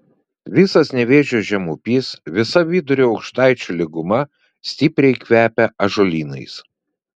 visas nevėžio žemupys visa vidurio aukštaičių lyguma stipriai kvepia ąžuolynais